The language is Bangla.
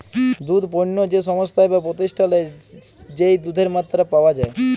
দুধ পণ্য যে সংস্থায় বা প্রতিষ্ঠালে যেই দুধের মাত্রা পাওয়া যাই